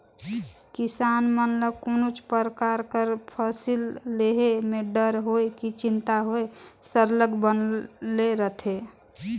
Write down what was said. किसान मन ल कोनोच परकार कर फसिल लेहे में डर होए कि चिंता होए सरलग बनले रहथे